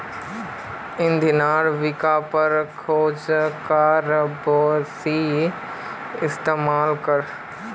इंधनेर विकल्पेर खोज करे बेसी इस्तेमाल कर